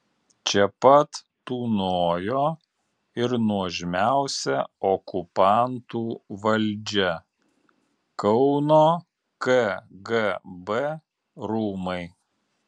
čia pat tūnojo ir nuožmiausia okupantų valdžia kauno kgb rūmai